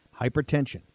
Hypertension